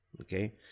Okay